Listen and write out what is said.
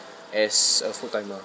as a full timer